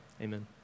amen